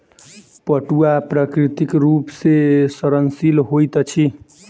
पटुआ प्राकृतिक रूप सॅ सड़नशील होइत अछि